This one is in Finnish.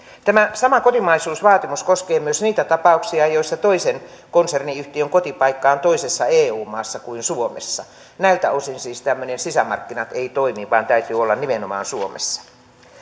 tämä sama kotimaisuusvaatimus koskee myös niitä tapauksia joissa toisen konserniyhtiön kotipaikka on toisessa eu maassa kuin suomessa siis näiltä osin tämmöiset sisämarkkinat eivät toimi vaan täytyy olla nimenomaan suomessa